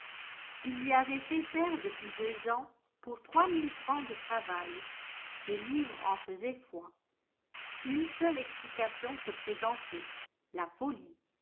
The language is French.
qui lui avaient fait faire depuis deux ans pour trois mille francs de travail ses hvres en faisaient foi une seule exphcation se présentait la folie